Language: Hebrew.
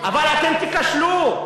אבל אתם תיכשלו.